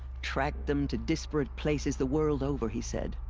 tracked them to disparate places, the world over, he said.